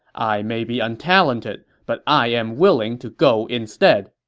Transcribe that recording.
i may be untalented, but i am willing to go instead.